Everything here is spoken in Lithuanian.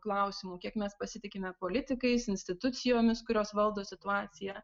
klausimu kiek mes pasitikime politikais institucijomis kurios valdo situaciją